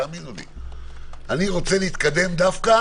האמינו לי אני רוצה להתקדם דווקא